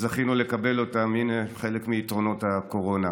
שזכינו לקבל, הינה חלק מיתרונות הקורונה.